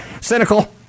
Cynical